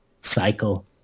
cycle